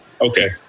okay